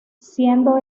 siendo